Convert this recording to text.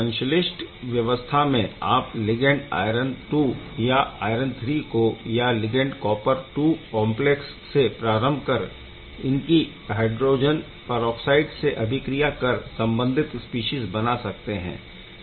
संश्लिष्ट व्यवस्था में आप लिगैण्ड आयरन II या आयरन III और या लिगैण्ड कॉपर II कॉम्प्लेक्सओं से प्रारम्भ कर इनकी हाइड्रोजन परऑक्साइड से अभिक्रिया कर संबंधित स्पीशीज़ बना सकते है